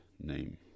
name